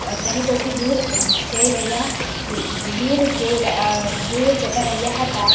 સૈનિકોથી દૂર જઈ રહ્યા દૂર જતાં રહ્યા હતા